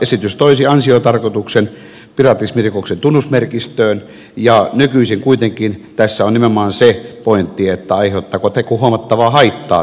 esitys toisi ansiotarkoituksen piratismirikoksen tunnusmerkistöön ja nykyisin kuitenkin tässä on nimenomaan se pointti aiheuttaako teko huomattavaa haittaa tekijänoikeuden haltijalle